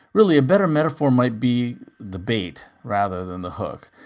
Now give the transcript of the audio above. really, a better metaphor might be the bait, rather than the hook.